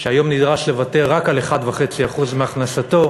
שהיום נדרש לוותר רק על 1.5% מהכנסתו,